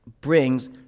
brings